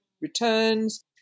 returns